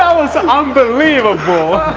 um was um unbelievable!